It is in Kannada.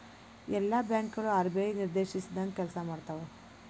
ಎಲ್ಲಾ ಬ್ಯಾಂಕ್ ಗಳು ಆರ್.ಬಿ.ಐ ನಿರ್ದೇಶಿಸಿದಂಗ್ ಕೆಲ್ಸಾಮಾಡ್ತಾವು